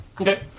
Okay